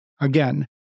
Again